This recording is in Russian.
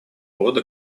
рода